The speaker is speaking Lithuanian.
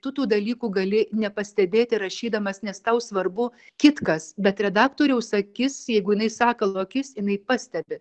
tu tų dalykų gali nepastebėti rašydamas nes tau svarbu kitkas bet redaktoriaus akis jeigu jinai sakalo akis jinai pastebi